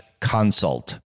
consult